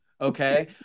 okay